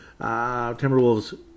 Timberwolves